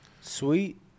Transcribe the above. sweet